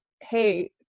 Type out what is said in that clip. hey